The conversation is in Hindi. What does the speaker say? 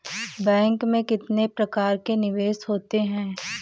बैंक में कितने प्रकार के निवेश होते हैं?